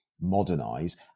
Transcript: modernize